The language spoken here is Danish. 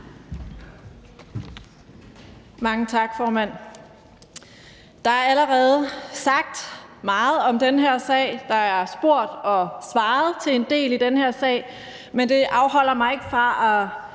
Mange tak, formand. Der er allerede sagt meget om den her sag. Der er spurgt og svaret en del i den her sag, men det afholder mig ikke fra at